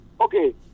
okay